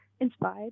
inspired